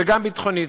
וגם ביטחונית,